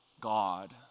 God